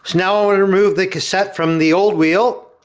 now, we'll remove the cassette from the old wheel.